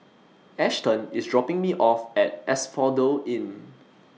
Ashton IS dropping Me off At Asphodel Inn